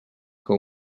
que